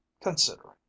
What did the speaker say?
considering